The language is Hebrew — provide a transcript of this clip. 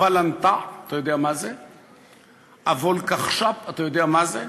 הוולנת"ע" אתה יודע מה זה?